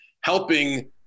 helping